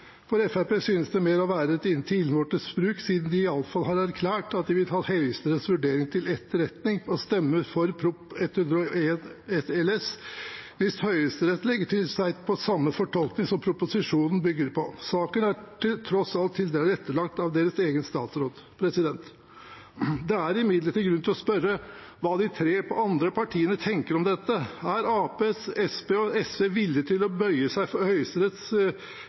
For Fremskrittspartiet synes det mer å være til innvortes bruk, siden de iallfall har erklært at de vil ta Høyesteretts vurdering til etterretning og stemmer for Prop. 101 LS for 2019–2020 hvis Høyesterett legger seg på samme fortolkning som proposisjonen bygger på. Saken er tross alt tilrettelagt av deres egen statsråd. Det er imidlertid grunn til å spørre hva de tre andre partiene tenker om dette. Er Arbeiderpartiet, Senterpartiet og SV villige til å bøye seg for Høyesteretts vurdering, eller er dette kun et ledd i filibustertaktikken? Vil man bruke Høyesteretts